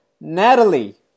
Natalie